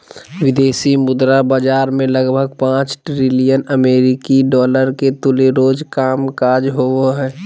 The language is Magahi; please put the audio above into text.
विदेशी मुद्रा बाजार मे लगभग पांच ट्रिलियन अमेरिकी डॉलर के तुल्य रोज कामकाज होवो हय